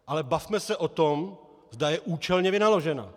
Ale bavme se o tom, zda je účelně vynaložena.